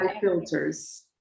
filters